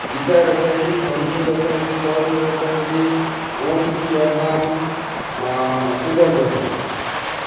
Isa Rasaili Sanju Rasaili Saru Rasaili Omsingh Darnal Sujal Rasaili